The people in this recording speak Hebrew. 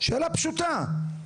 שאלה פשוטה.